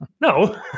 no